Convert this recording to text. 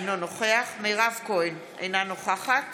אינו נוכח מירב כהן, אינה נוכחת